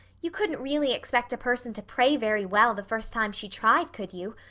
you couldn't really expect a person to pray very well the first time she tried, could you?